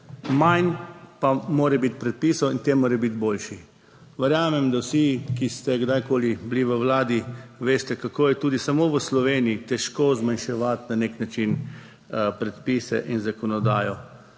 manj pa mora biti predpisov in ti morajo biti boljši. Verjamem, da vsi, ki ste kdajkoli bili v vladi, veste, kako je tudi samo v Sloveniji težko zmanjševati na nek način predpise in zakonodajo.